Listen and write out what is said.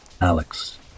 Alex